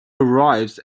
arrives